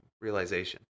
realization